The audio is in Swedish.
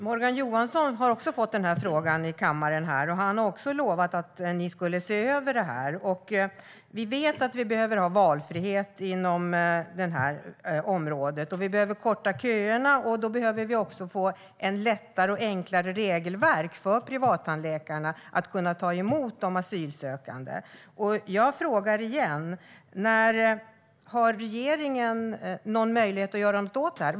Herr talman! Även Morgan Johansson har fått frågan i kammaren, och han har också lovat att ni skulle se över detta. Vi vet att vi behöver ha valfrihet inom detta område och att vi behöver korta köerna. Då behöver vi också få ett enklare regelverk för privattandläkarna när det gäller att ta emot asylsökande. Jag frågar igen: När har regeringen möjlighet att göra något åt detta?